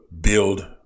build